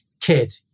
kid